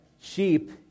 sheep